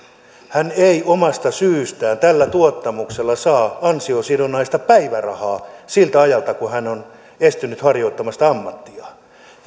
hän ei omasta syystään tällä tuottamuksella saa ansiosidonnaista päivärahaa siltä ajalta kun hän on estynyt harjoittamasta ammattia